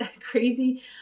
crazy